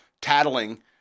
tattling